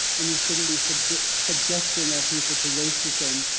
and you shouldn't be subjecting subjecting our people to racism